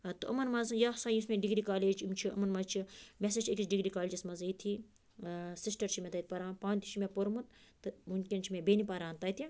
تہٕ یِمَن منٛز یہِ ہَسا یُس مےٚ ڈِگری کالیج یِم چھِ یِمَن منٛز چھِ مےٚ ہسا چھِ أکِس ڈِگری کالجَس منٛز ییٚتھی سِسٹَر چھِ مےٚ تَتہِ پران پانہٕ تہِ چھِ مےٚ پوٚرمُت تہٕ وٕنۍکٮ۪ن چھِ مےٚ بیٚنہِ پران تَتہِ